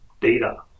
data